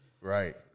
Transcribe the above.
Right